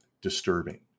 Disturbing